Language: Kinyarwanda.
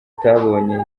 utabonye